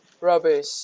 rubbish